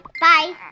Bye